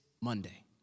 Monday